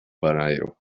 panadero